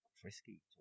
frisky